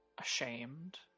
ashamed